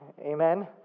Amen